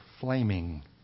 flaming